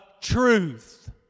truth